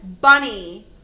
bunny